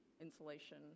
insulation